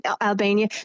Albania